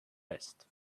vest